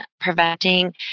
preventing